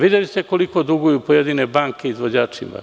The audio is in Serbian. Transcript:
Videli ste koliko duguju pojedine banke izvođačima.